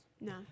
No